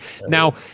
Now